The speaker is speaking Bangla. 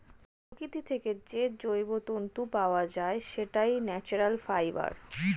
প্রকৃতি থেকে যে জৈব তন্তু পাওয়া যায়, সেটাই ন্যাচারাল ফাইবার